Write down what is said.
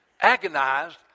agonized